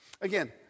Again